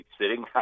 sitting